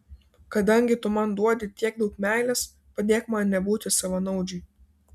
kadangi tu man duodi tiek daug meilės padėk man nebūti savanaudžiui